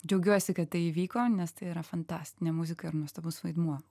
džiaugiuosi kad tai įvyko nes tai yra fantastinė muzika ir nuostabus vaidmuo